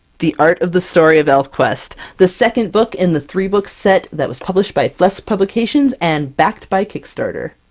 the art of the story of elfquest, the second book in the three-book set that was published by flesk publications, and backed by kickstarter!